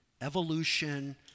evolution